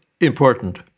important